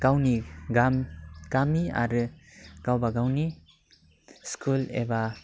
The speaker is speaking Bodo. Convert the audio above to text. गावनि गामि आरो गावबागावनि स्कुल एबा